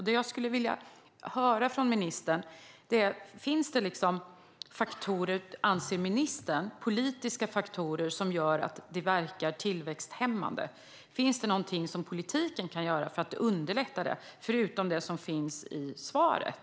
Det jag skulle vilja fråga ministern är: Anser ministern att det finns politiska faktorer som verkar tillväxthämmande? Finns det någonting som politiken kan göra för att underlätta detta, förutom det som finns i svaret?